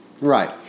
Right